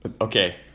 Okay